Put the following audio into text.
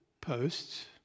posts